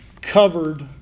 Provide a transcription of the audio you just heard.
covered